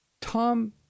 Tom